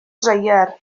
dreier